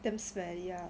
damn smelly ah